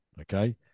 okay